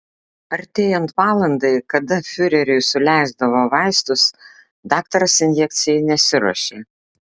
artėjant valandai kada fiureriui suleisdavo vaistus daktaras injekcijai nesiruošė